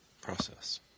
process